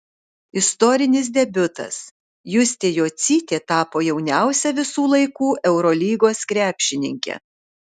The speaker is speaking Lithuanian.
istorinis debiutas justė jocytė tapo jauniausia visų laikų eurolygos krepšininke